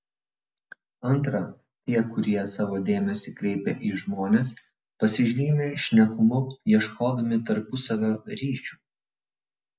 antra tie kurie savo dėmesį kreipia į žmones pasižymi šnekumu ieškodami tarpusavio ryšių